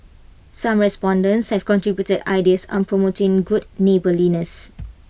some respondents have contributed ideas on promoting good neighbourliness